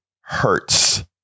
hurts